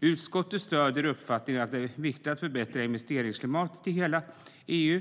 Utskottet stöder uppfattningen att det är viktigt att förbättra investeringsklimatet i hela EU.